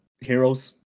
heroes